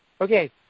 Okay